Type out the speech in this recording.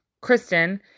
Kristen